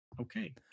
okay